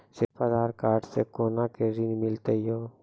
सिर्फ आधार कार्ड से कोना के ऋण मिलते यो?